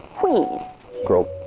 queen girl,